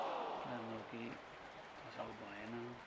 राम्रो केही फसल भएन